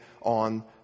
on